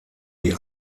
die